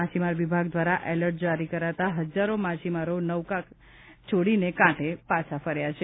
માછીમાર વિભાગ દ્વારા એલર્ટ જારી કરાતા હજારો માછીમારી નોકાઓ કાંઠે પાછી ફરી છે